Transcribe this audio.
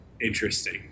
interesting